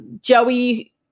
joey